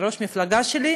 ראש המפלגה שלי,